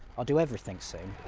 i'll do everything soon.